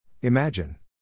Imagine